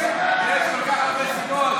יש כל כך הרבה סיבות.